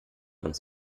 uns